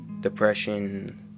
depression